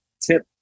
tip